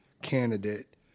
candidate